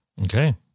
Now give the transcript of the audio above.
Okay